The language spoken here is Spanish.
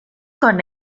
con